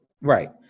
Right